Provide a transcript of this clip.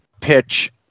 pitch